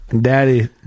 daddy